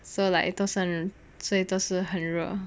so like 最多是很热